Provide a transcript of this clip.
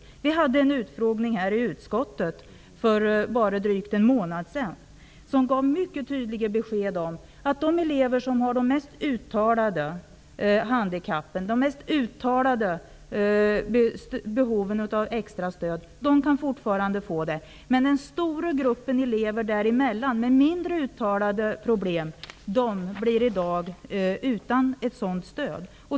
Utskottet hade en utfrågning för bara drygt en månad sedan, som gav mycket tydliga besked om att de elever som har de mest uttalade handikappen och de mest uttalade behoven av extra stöd fortfarande kan få hjälp, men den stora gruppen elever däremellan med mindre uttalade problem blir i dag utan stöd.